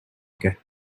get